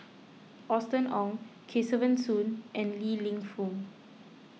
Austen Ong Kesavan Soon and Li Lienfung